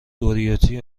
دوریتوی